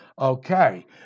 Okay